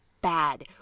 Bad